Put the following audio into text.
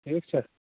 ٹھیٖک چھےٚ